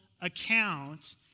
account